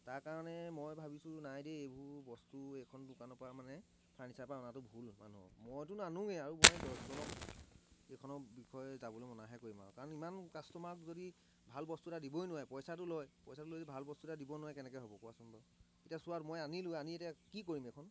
তাৰ কাৰণে মই ভাবিছো নাই দেই এইবোৰ বস্তু এইখন দোকানৰপৰা মানে ফাৰ্নিচাৰৰপৰা অনাটো ভুল মানুহৰ মইটো নানোৱে আৰু মই দহজনক এইখনৰ বিষয়ে যাবলৈ মানাহে কৰিম ইমান কাষ্টমাৰক যদি ভাল বস্তু এটা দিবই নোৱাৰে পইছাটো লয় পইছাটো লৈ ভাল বস্তু এটা দিব নোৱাৰে কেনেকৈ হ'ব বাৰু কোৱাচোন এতিয়া চোৱা এতিয়া মই আনিলো আনি এতিয়া কি কৰিম এইখন